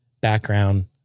Background